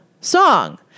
song